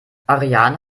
ariane